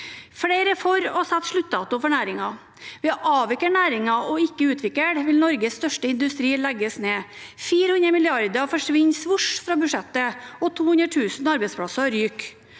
Flere er for å sette sluttdato for næringen. Ved å avvikle næringen og ikke utvikle den vil Norges største industri legges ned, 400 mrd. kr forsvinner svosj fra budsjettene, og 200 000 arbeidsplasser ryker.